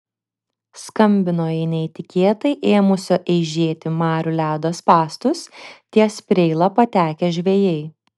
skambino į netikėtai ėmusio eižėti marių ledo spąstus ties preila patekę žvejai